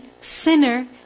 sinner